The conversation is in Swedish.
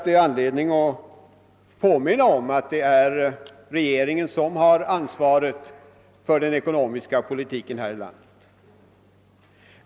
Det är anledning att påminna om att det är regeringen som bär ansvaret för den ekonomiska politiken här i landet.